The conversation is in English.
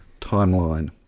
Timeline